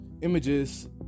images